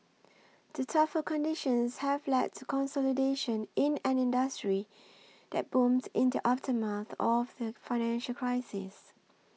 the tougher conditions have led to consolidation in an industry that booms in the aftermath of the financial crisis